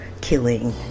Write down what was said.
killing